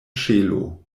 ŝelo